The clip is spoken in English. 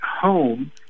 home